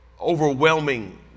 overwhelming